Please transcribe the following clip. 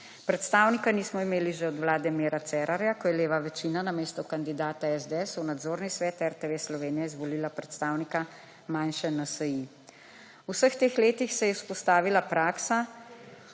Predstavnika nismo imeli že od vlade Mira Cerarja, ko je leva večina namesto kandidata SDS v nadzorni svet RTV Slovenija izvolila predstavnika manjše NSi. V vseh teh letih se je izpostavila praksa,